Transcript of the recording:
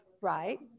Right